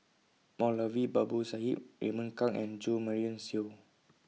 Moulavi Babu Sahib Raymond Kang and Jo Marion Seow